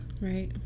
Right